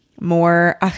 More